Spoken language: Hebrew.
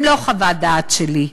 הם לא חוות דעת שלי,